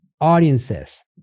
audiences